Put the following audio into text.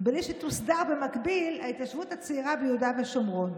בלי שתוסדר במקביל ההתיישבות הצעירה ביהודה ושומרון.